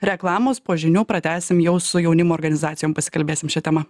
reklamos po žinių pratęsim jau su jaunimo organizacijom pasikalbėsim šia tema